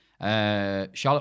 Charlotte